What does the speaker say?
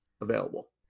available